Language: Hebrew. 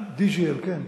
כן.